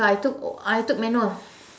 I took I took manual